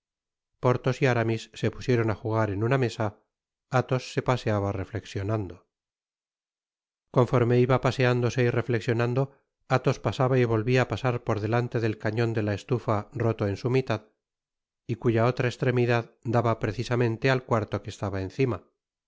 porthos y aramis se pusieron á jugar en una mesa athos se paseaba reflexionando conforme iba paseándose y reflexionando athos pasaba y volvia á pasar por delante del cation de la estufa roto en su mitad y cuya otra estremidad daba precisamente al cuarto que estaba encima